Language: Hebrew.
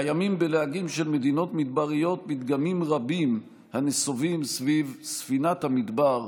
קיימים בלהגים של מדינות מדבריות פתגמים רבים הנסובים סביב ספינת המדבר,